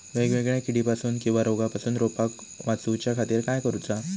वेगवेगल्या किडीपासून किवा रोगापासून रोपाक वाचउच्या खातीर काय करूचा?